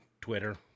Twitter